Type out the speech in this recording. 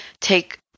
take